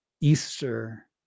Easter